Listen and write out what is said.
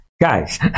guys